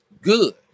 good